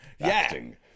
acting